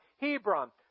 Hebron